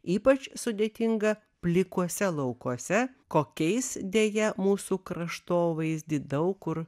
ypač sudėtinga plikuose laukuose kokiais deja mūsų kraštovaizdį daug kur